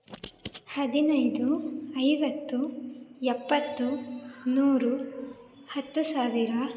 ಹದಿನೈದು ಐವತ್ತು ಎಪ್ಪತ್ತು ನೂರು ಹತ್ತು ಸಾವಿರ